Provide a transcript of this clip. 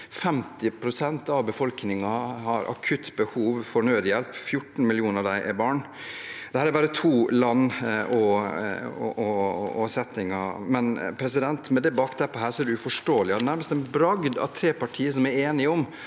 prosent av befolkningen har akutt behov for nødhjelp, og 14 millioner av dem er barn. Dette er bare to land og settinger, og med dette bakteppet er det uforståelig og nærmest en bragd at tre partier som er enige om